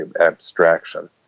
abstraction